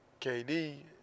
KD